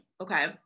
okay